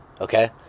Okay